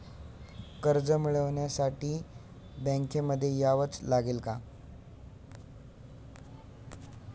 कर्ज मिळवण्यासाठी बँकेमध्ये यावेच लागेल का?